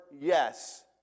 Yes